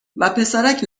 وپسرک